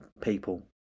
people